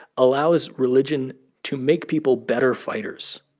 allows religion to make people better fighters.